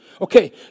Okay